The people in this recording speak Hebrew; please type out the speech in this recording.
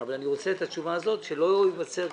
אבל אני רוצה לקבל תשובה כדי שלא תתעורר